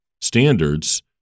standards –